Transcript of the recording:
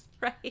Right